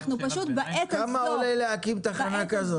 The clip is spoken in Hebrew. אנחנו פשוט בעת הזו --- כמה עולה להקים תחנה כזו?